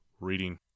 reading